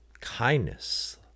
Kindness